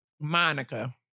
Monica